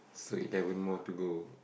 so eleven more to go